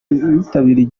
bitabiriye